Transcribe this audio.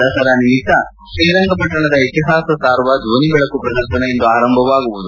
ದಸರಾ ನಿಮಿತ್ತ ಶ್ರೀರಂಗಪಟ್ಟಣದ ಇತಿಹಾಸವನ್ನು ಸಾರುವ ಧ್ವನಿಬೆಳಕು ಪ್ರದರ್ಶನ ಇಂದು ಆರಂಭವಾಗುವುದು